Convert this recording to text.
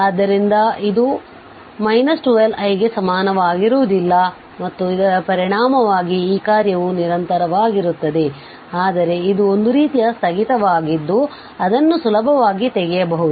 ಆದ್ದರಿಂದ ಇದು 12i ಗೆ ಸಮನಾಗಿರುವುದಿಲ್ಲ ಮತ್ತು ಇದರ ಪರಿಣಾಮವಾಗಿ ಈ ಕಾರ್ಯವು ನಿರಂತರವಾಗಿರುತ್ತದೆ ಆದರೆ ಇದು ಒಂದು ರೀತಿಯ ಸ್ಥಗಿತವಾಗಿದ್ದು ಅದನ್ನು ಸುಲಭವಾಗಿ ತೆಗೆಯಬಹುದು